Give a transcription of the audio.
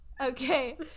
okay